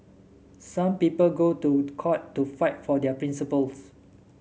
some people go to court to fight for their principles